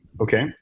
okay